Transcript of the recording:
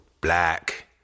black